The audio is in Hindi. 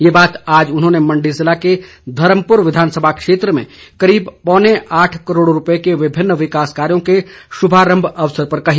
ये बात आज उन्होंने मण्डी जिले के धर्मपुर विधानसभा क्षेत्र में करीब पौने आठ करोड़ रूपए के विभिन्न विकास कार्यो के शुभारंभ अवसर पर कही